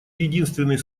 единственный